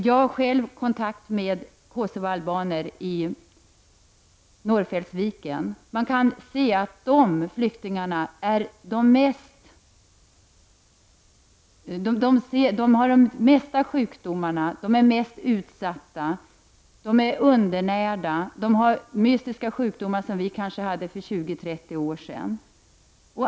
Jag har själv haft kontakt med Kosovaalbaner i Norrfällsviken, och man kan se att de flyktingarna har de flesta sjukdomarna, är mest utsatta, är undernärda och har mystiska sjukdomar, som vi hade för 20-30 år sedan.